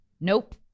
nope